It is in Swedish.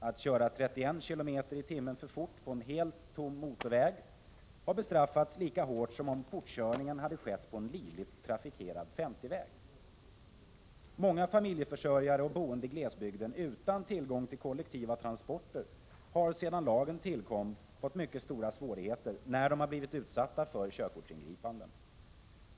Att köra 31 km/tim för fort på en helt tom motorväg har bestraffats lika hårt som om fortkörningen hade skett på en livligt trafikerad 50-väg. Många familjeförsörjare och boende i glesbygden utan tillgång till kollektiva transporter har sedan lagen tillkom fått mycket stora svårigheter när de blivit utsatta för körkortsingripanden.